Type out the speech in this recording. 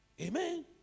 Amen